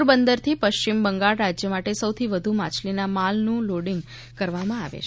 પોરબંદરથી પશ્ચિમ બંગાળ રાજ્ય માટે સૌથી વધુ માછલીના માલનું લોડિંગ કરવામાં આવેલ છે